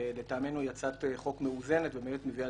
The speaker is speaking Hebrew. שלטעמנו היא הצעת חוק מאוזנת ובאמת מביאה